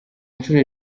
inshuro